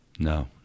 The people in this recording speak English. No